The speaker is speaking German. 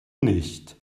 nicht